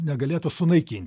negalėtų sunaikinti